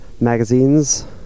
magazines